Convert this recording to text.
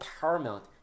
paramount